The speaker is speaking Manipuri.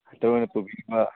ꯁꯤꯗ ꯑꯣꯏꯅ ꯄꯨꯕꯤꯕ